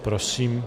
Prosím.